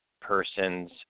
person's